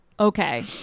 Okay